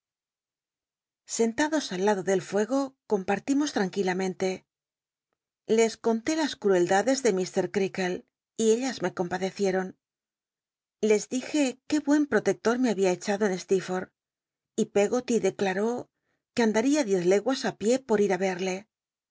sentados al lado del fuego compartimos tranquilamente les conté las cuclcladcs de mr ceaklc y ellas me compadecieron l es dije qué buen pt otector me babia echado en stccforth y pcggoty declaró que andada diez leguas ti pié por i